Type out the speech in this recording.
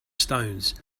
stones